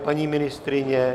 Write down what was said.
Paní ministryně?